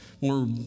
more